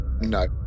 No